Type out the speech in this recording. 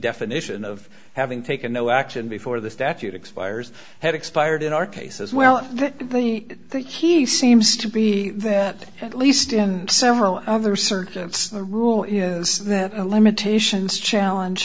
definition of having taken no action before the statute expires had expired in our case as well the key seems to be that at least in several other circuits the rule is that limitations challenge